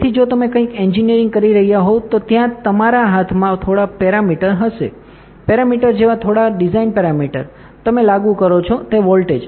તેથી જો તમે કંઈક એન્જિનિયરિંગ કરી રહ્યાં હોવ તો ત્યાં તમારા હાથમાં થોડાં પેરમીટર હશે પેરમીટર જેવા થોડા ડિઝાઇન પેરમીટર તમે લાગુ કરો છો તે વોલ્ટેજ